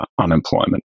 unemployment